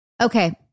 Okay